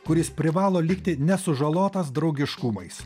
kuris privalo likti nesužalotas draugiškumais